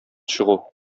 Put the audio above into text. чыгу